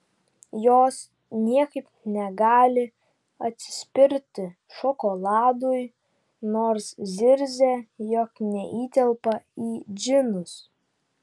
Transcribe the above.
jos niekaip negali atsispirti šokoladui nors zirzia jog neįtelpa į džinus